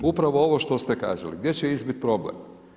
Upravo ovo što ste kazali, gdje će izbiti problem?